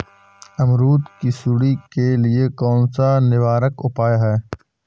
अमरूद की सुंडी के लिए कौन सा निवारक उपाय है?